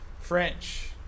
French